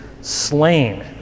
slain